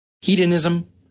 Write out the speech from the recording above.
Hedonism